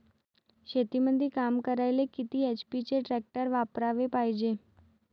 शेतीमंदी काम करायले किती एच.पी चे ट्रॅक्टर वापरायले पायजे?